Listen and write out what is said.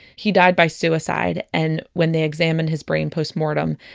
he died by suicide and when they examined his brain postmortem,